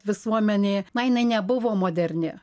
visuomenė na jinai nebuvo moderni